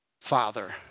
Father